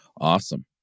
Awesome